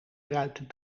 ruiten